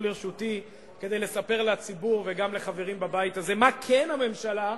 לרשותי כדי לספר לציבור וגם לחברים בבית הזה מה כן הממשלה,